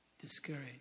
discouraged